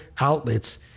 outlets